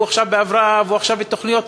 והוא עכשיו בהבראה והוא עכשיו בתוכניות.